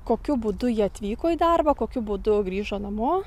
kokiu būdu jie atvyko į darbą kokiu būdu grįžo namo